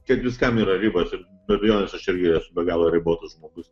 kad viskam yra ribos ir be abejonės aš irgi esu be galo ribotas žmogus